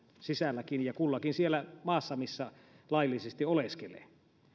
sisällä ja kullakin siellä maassa missä laillisesti oleskelee